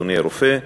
אדוני הרופא,